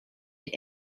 est